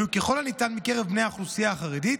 יהיו ככל הניתן מקרב בני האוכלוסייה החרדית.